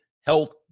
health